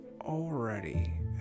already